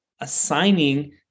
assigning